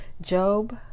Job